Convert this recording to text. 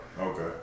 Okay